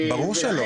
ברור שלא.